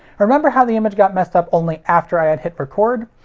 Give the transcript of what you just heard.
remember how the image got messed up only after i had hit record?